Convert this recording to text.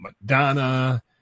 Madonna